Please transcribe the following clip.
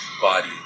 Body